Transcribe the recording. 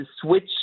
switch